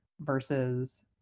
Versus